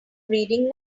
reading